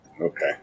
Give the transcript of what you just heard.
Okay